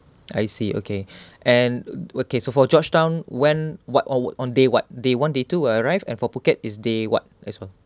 I see okay and okay so for georgetown when what or on day what day one day two arrived and for phuket is day what as well